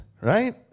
right